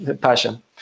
passion